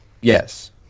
Yes